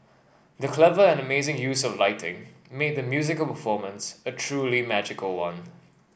the clever and amazing use of lighting made the musical performance a truly magical one